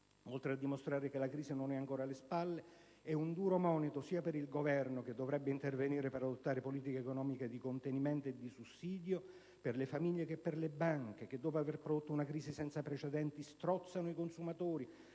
oltre a dimostrare che la crisi non è ancora alle spalle, sono un duro monito sia per il Governo, che dovrebbe intervenire per adottare politiche economiche di contenimento e di sussidio per le famiglie, che per le banche, che dopo aver prodotto una crisi senza precedenti strozzano i consumatori